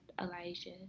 Elijah